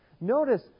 Notice